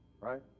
right